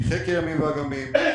מחקר הימים והאגמים,